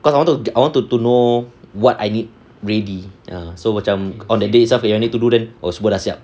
cause I wanted I want to to know what I need ready ya so macam on the day itself if you need to do then oh semua dah siap